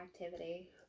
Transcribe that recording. activity